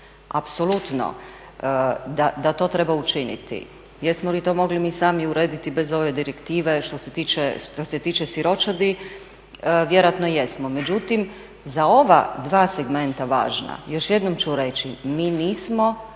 Apsolutno da to treba učiniti. Jesmo li to mogli mi sami urediti bez ove direktive što se tiče siročadi, vjerojatno jesmo. Međutim, za ova dva segmenta važna, još jednom ću reći mi nismo